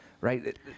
right